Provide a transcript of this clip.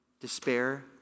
despair